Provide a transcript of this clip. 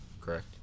correct